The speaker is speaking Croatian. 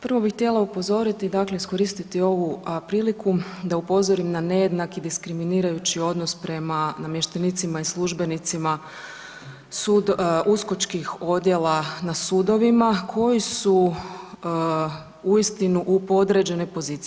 Prvo bih htjela upozoriti, dakle iskoristiti ovu priliku da upozorim na nejednaki, diskriminirajući odnos prema namještenicima i službenicima uskočkih odjela na sudovima koji su uistinu u podređenoj poziciji.